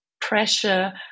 pressure